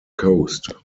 coast